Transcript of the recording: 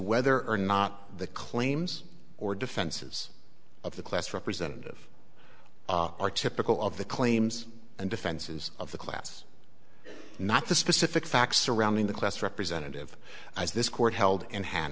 whether or not the claims or defenses of the class representative are typical of the claims and defenses of the class not the specific facts surrounding the class representative as this court held in hand